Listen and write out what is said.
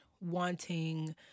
wanting